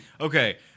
Okay